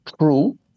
true